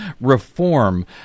reform